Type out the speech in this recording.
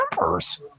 numbers